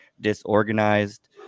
disorganized